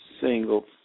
single